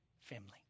family